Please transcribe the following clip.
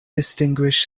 distinguish